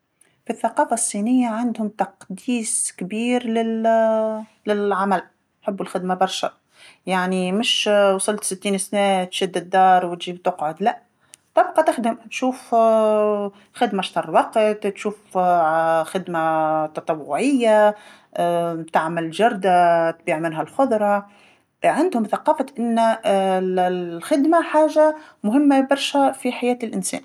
في الثقافه الصينيه عندهم تقديس كبير لل- للعمل، يحبوا الخدمة برشا، يعني مش وصلت ستين سنه تشد الدار وتجي وتقعد لأ، تبقى تخدم شوف خدمة شطر وقت ت- تشوف خدمة تطوعيه، تعمل جرده تبيع منها الخضرا، عندهم ثقافة أن ال- الخدمه حاجه مهمه برشا في حياة الإنسان.